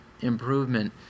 improvement